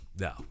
no